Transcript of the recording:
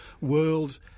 world